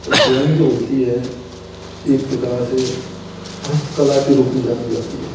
drawing जो होती है एक प्रकार से हस्तकला के रूप में जानी जाती है